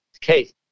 case